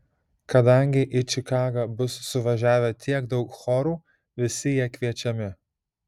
kadangi į čikagą bus suvažiavę tiek daug chorų visi jie kviečiami